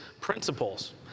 principles